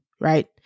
right